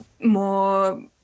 more